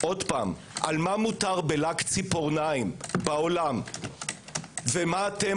על מה מותר בלק ציפורניים בעולם ומה אתם